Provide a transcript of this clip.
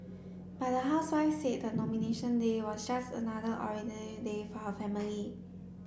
but the housewife said the Nomination Day was just another ordinary day for her family